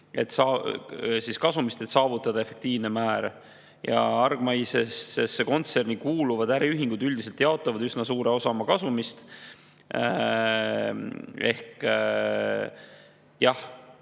53% kasumist, et saavutada efektiivne määr. Hargmaisesse kontserni kuuluvad äriühingud üldiselt jaotavad üsna suure osa oma kasumist. Jah,